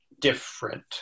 different